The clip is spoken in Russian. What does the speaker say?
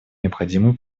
необходимую